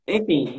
Enfim